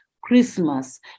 christmas